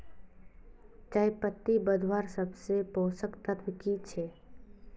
चयपत्ति बढ़वार सबसे पोषक तत्व की छे?